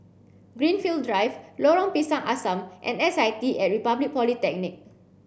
Greenfield Drive Lorong Pisang Asam and S I T at Republic Polytechnic